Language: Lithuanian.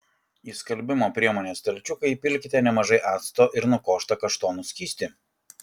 į skalbimo priemonės stalčiuką įpilkite nemažai acto ir nukoštą kaštonų skystį